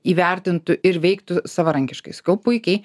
įvertintų ir veiktų savarankiškai sakau puikiai